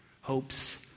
hopes